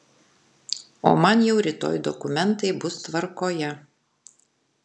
o man jau rytoj dokumentai bus tvarkoje